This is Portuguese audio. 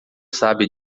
sabe